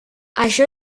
això